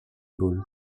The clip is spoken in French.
ball